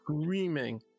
screaming